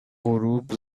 غروب